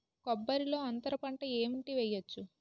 కొబ్బరి లో అంతరపంట ఏంటి వెయ్యొచ్చు?